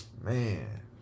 Man